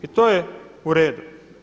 I to je u redu.